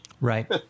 Right